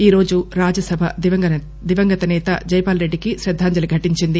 ఈరోజు రాజ్యసభ దివంగత సేత జైపాల్ రెడ్డికి శ్రద్దాంజలి ఘటించింది